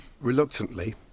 Reluctantly